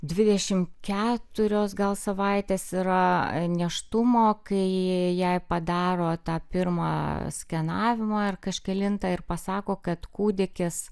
dvidešimt keturios gal savaitės yra nėštumo kai jei padaro tą pirmą skenavimą ar kažkelintą ir pasako kad kūdikis